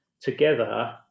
together